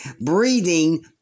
breathing